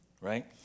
right